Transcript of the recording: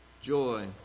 joy